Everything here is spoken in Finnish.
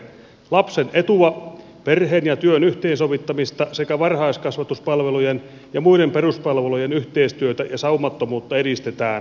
lapsen etua perheen ja työn yhteensovittamista sekä varhaiskasvatuspalvelujen ja muiden peruspalvelujen yhteistyötä ja saumattomuutta edistetään